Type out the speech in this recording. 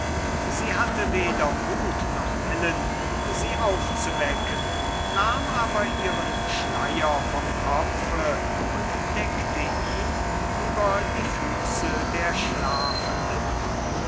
sie hatte weder mut noch willen sie aufzuwecken nahm aber ihren schleier vom kopfe und deckte ihn über die füße der schlafenden